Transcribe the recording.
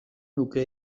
nuke